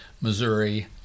Missouri